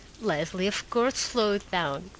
leslie of course slowed down.